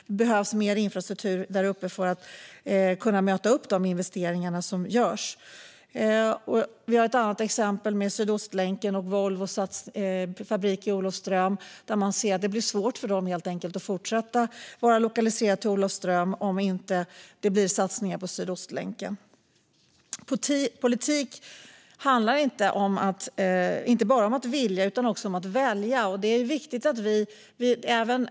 Det behövs mer infrastruktur där uppe för att möta investeringarna. Ett annat exempel är Sydostlänken och Volvos fabrik i Olofström. Det blir svårt för dem att fortsätta vara lokaliserade där om man inte satsar på Sydostlänken. Politik handlar inte bara om att vilja utan också om att välja.